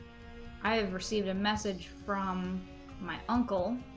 i have received a message from my uncle